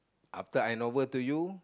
after handover to you